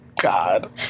God